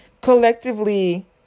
collectively